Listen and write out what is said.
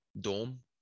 dome